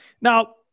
Now